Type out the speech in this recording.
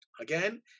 Again